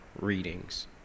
readings